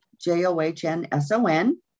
J-O-H-N-S-O-N